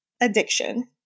addiction